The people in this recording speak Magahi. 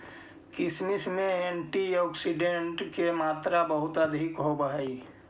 किशमिश में एंटीऑक्सीडेंट के मात्रा बहुत अधिक होवऽ हइ